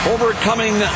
Overcoming